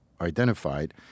identified